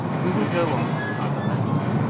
we will go on to other matters.